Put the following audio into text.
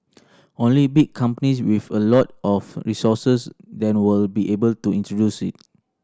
only big companies with a lot of resources then will be able to introduce it